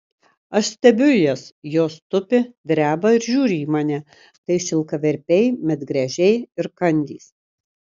aš stebiu jas jos tupi dreba ir žiūri į mane tai šilkaverpiai medgręžiai ir kandys